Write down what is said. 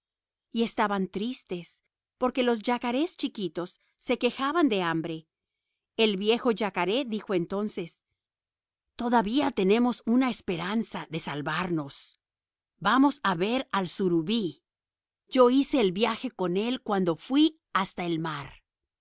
y estaban tristes porque los yacarés chiquitos se quejaban de hambre el viejo yacaré dijo entonces todavía tenemos una esperanza de salvarnos vamos a ver al surubí yo hice el viaje con él cuando fui hasta el mar